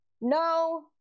No